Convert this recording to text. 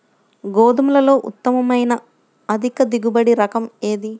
గోధుమలలో ఉత్తమమైన అధిక దిగుబడి రకం ఏది?